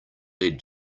led